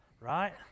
right